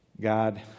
God